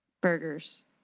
Burgers